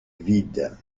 vide